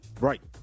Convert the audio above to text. Right